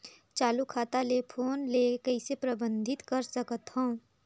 चालू खाता ले फोन ले कइसे प्रतिबंधित कर सकथव?